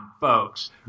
folks